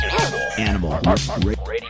Animal